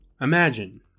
Imagine